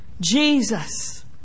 Jesus